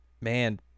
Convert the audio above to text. man